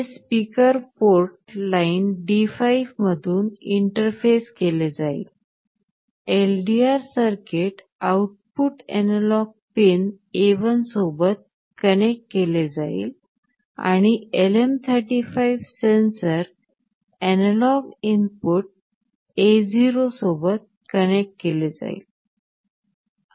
हे speaker port line D5 मधून interface केले जाईल LDR circuit output analog input A1 सोबत कनेक्ट केले जाईल आणि LM 35 sensor analog input A0 सोबत कनेक्ट केले जाईल